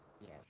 Yes